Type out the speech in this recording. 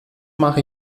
mache